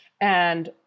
And-